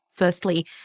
Firstly